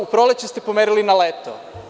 U proleće ste pomerili na leto.